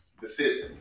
decisions